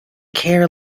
care